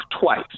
twice